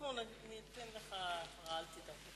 אנחנו ניתן לך התראה, אל תדאג.